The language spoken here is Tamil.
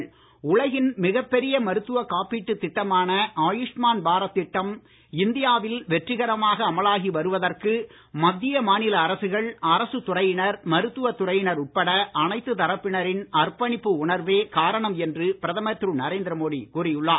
மோடி உலகின் மிகப் பெரிய மருத்துவ காப்பீட்டு திட்டமான ஆயுஷ்மான் பாரத் திட்டம் இந்தியாவில் வெற்றிகரமாக அமலாகி வருவதற்கு மத்திய மாநில அரசுகள் அரசுத் துறையினர் மருத்துவ துறையினர் உட்பட அனைத்து தரப்பினரின் அர்ப்பணிப்பு உணர்வே காரணம் என்று பிரதமர் திரு நரேந்திரமோடி கூறி உள்ளார்